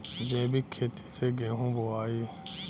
जैविक खेती से गेहूँ बोवाई